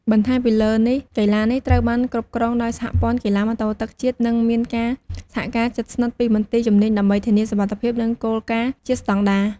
បន្ថែមពីលើនេះ កីឡានេះត្រូវបានគ្រប់គ្រងដោយសហព័ន្ធកីឡាម៉ូតូទឹកជាតិ និងមានការសហការជិតស្និទ្ធពីមន្ទីរជំនាញដើម្បីធានាសុវត្ថិភាព និងគោលការណ៍ជាស្តង់ដារ។